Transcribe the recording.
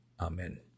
Amen